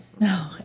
No